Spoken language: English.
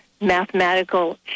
mathematical